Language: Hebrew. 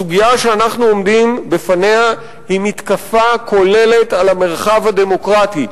הסוגיה שאנחנו עומדים בפניה היא מתקפה כוללת על המרחב הדמוקרטי,